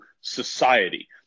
society